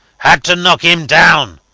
had to knock him down.